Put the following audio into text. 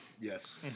Yes